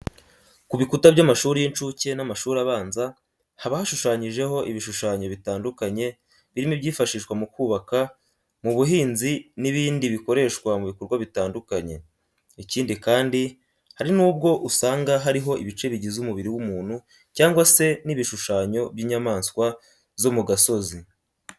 Ku bikuta by'amashuri y'incuke n'amashuri abanza haba hashushanyijeho ibishushanyo bitandukanye birimo ibyifashishwa mu kubaka, mu buhinzi n'ibindi bikoreshwa mu bikorwa bitandukanye. Ikindi kandi, hari nubwo usanga hariho ibice bigize umubiri w'umuntu cyangwa se n'ibishushanyo by'inyamaswa zo mu gasozi.